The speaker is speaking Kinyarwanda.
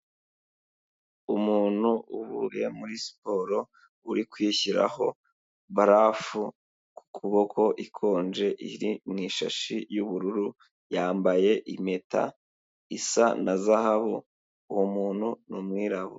Umuntu uvuye muri siporo uri kwiyishyiraho barafu ku kuboko ikonje, iri mu ishashi y'ubururu, yambaye impeta isa na zahabu, uwo muntu ni umwirabura.